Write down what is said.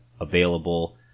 available